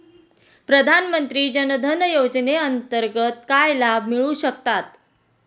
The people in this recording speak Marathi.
प्रधानमंत्री जनधन योजनेअंतर्गत काय लाभ मिळू शकतात?